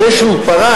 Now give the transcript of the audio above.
אחרי שהוא פרש,